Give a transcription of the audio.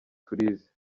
turizi